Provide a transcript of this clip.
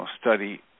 study